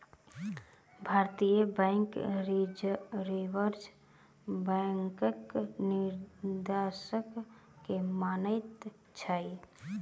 भारतीय bank reserve बैंकक निर्देश के मानैत अछि